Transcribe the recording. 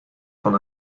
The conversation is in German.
von